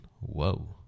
whoa